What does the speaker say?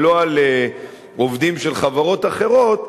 ולא על עובדים של חברות אחרות,